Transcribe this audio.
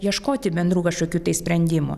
ieškoti bendrų kažkokių tai sprendimų